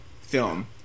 film